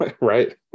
right